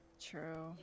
True